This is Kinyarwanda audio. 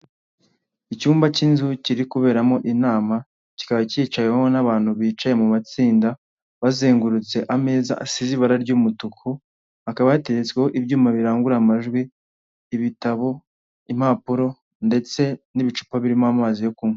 Icyumba cy'inzu kiri kuberamo inama, kikaba cyicayewemo n'abantu bicaye mu matsinda bazengurutse ameza asize ibara ry'umutuku hakaba hateretsweho ibyuma birangurura amajwi, ibitabo, impapuro ndetse n'ibicupa birimo amazi yo kunywa.